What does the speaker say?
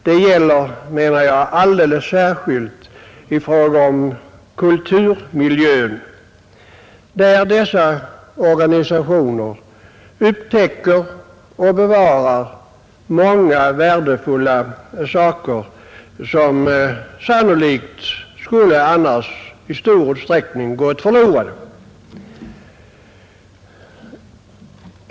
Detta gäller alldeles särskilt i fråga om kulturmiljön, där dessa organisationer upptäcker och bevarar mycket värdefullt, som sannolikt annars i stor utsträckning skulle ha gått förlorat.